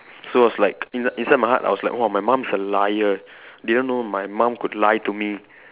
so I was like inside inside my heart I was like !wah! my mum is a liar didn't know my mum could lie to me